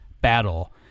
battle